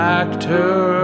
actor